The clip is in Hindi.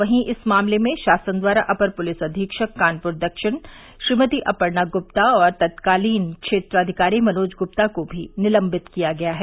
वहीं इस मामले में शासन द्वारा अपर पुलिस अधीक्षक कानपुर दक्षिण श्रीमती अर्पणा गुप्ता और तत्कालीन क्षेत्राधिकारी मनोज गुप्ता को भी निलम्बित किया गया है